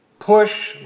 push